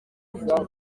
mukino